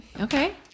Okay